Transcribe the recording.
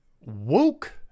woke